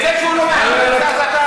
אז אתה יכול לקחת את הקרקע?